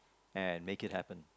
and make it happen